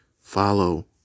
Follow